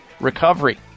recovery